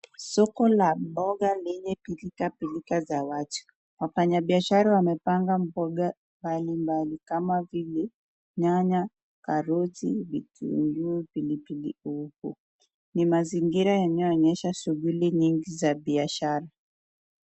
Soko la mboga lenye pilka pilka za watu. Wafanyibiashara wamepanga mboga mbali mbali kama vile nyanya, karoti, vitunguu na pilipili hoho. Ni mazingira yanayoonyesha shughuli nyingi za biashara.